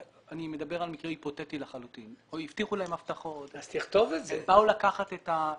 אני מדבר על מקרה היפותטי לחלוטין והם באו לקחת את הפיקדונות.